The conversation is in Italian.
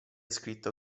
scritto